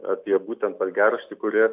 apie būtent valgiaraštį kurį